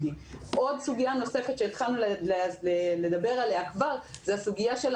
סוגיה נוספת שכבר התחלנו לדבר עליה זה המחקר